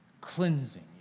cleansing